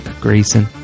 Grayson